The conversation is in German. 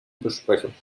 besprechung